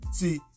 See